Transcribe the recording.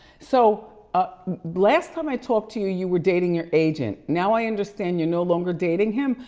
so ah last time i talked to you you were dating your agent. now i understand you're no longer dating him.